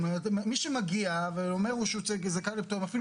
מי שמגיע, ואומר שהוא זכאי לפטור - אפילו